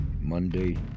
Monday